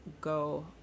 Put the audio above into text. go